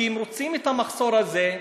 כי הם רוצים את המחסור הזה,